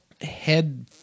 head